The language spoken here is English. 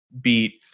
beat